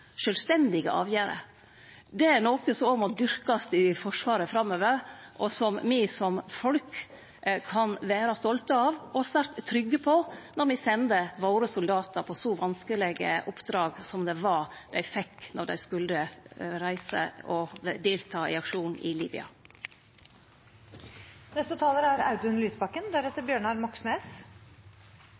sjølvstendige avgjerder. Det er noko som òg må dyrkast i Forsvaret framover, og som me som folk kan vere stolte av og svært trygge på når me sender soldatane våre på så vanskelege oppdrag som det dei fekk då dei skulle delta i aksjonen i